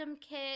kit